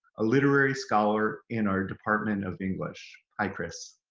a literary scholar in our department of english. hi, chris!